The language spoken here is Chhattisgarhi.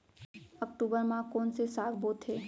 अक्टूबर मा कोन से साग बोथे?